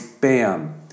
bam